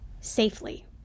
safely